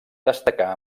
destacà